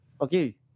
Okay